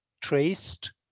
traced